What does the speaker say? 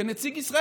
כנציג ישראל.